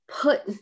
put